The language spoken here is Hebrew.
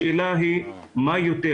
השאלה היא מה יותר,